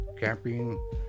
Camping